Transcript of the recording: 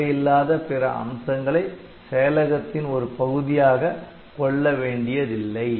தேவையில்லாத பிற அம்சங்களை செயலகத்தின் ஒரு பகுதியாக கொள்ள வேண்டியதில்லை